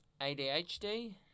ADHD